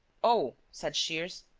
oh! said shears,